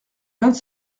vingt